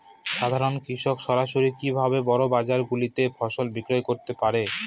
সাধারন কৃষক সরাসরি কি ভাবে বড় বাজার গুলিতে ফসল বিক্রয় করতে পারে?